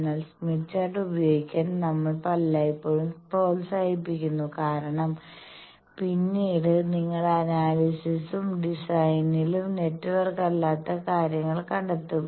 എന്നാൽ Smith chart ഉപയോഗിക്കാൻ നമ്മൾ എല്ലായ്പ്പോഴും പ്രോത്സാഹിപ്പിക്കുന്നു കാരണം പിന്നീട് നിങ്ങൾ അനാലിസിസിലും ഡിസൈനിലും നെറ്റ്വർക്ക് അല്ലാത്ത കാര്യങ്ങൾ കണ്ടെത്തും